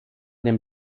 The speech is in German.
dem